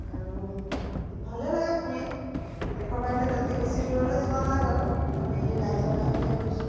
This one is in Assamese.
আৰু ভালেই লাগে ফুৰি দেশৰ বাহিৰে তেনেকৈ বেছি দূৰলৈ যোৱা নাই বাৰু খালী ৰাজ্য বাহিৰত গৈছোঁ